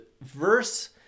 verse